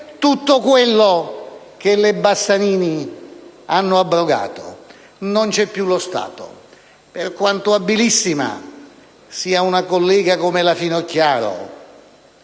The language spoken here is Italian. tutto quello che le leggi Bassanini hanno abrogato. Non c'è più lo Stato. Per quanto abilissima sia una collega come la senatrice